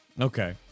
Okay